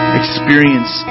experience